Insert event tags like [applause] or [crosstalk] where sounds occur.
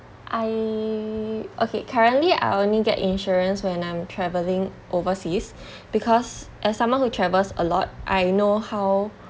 I okay currently I'll only get insurance when I'm traveling overseas [breath] because as someone who travels a lot I know how